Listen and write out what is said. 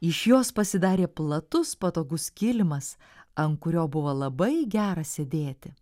iš jos pasidarė platus patogus kilimas ant kurio buvo labai gera sėdėti